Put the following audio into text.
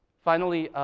finally,